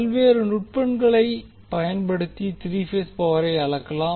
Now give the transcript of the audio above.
பல்வேறு நுட்பங்களை பயன்படுத்தி த்ரீ பேஸ் பவரை அளக்கலாம்